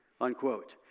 unquote